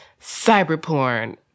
Cyberporn